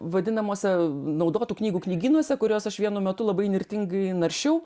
vadinamose naudotų knygų knygynuose kuriuos aš vienu metu labai įnirtingai naršiau